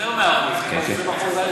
זה יותר מ-100%, כיוון שה-20% האלה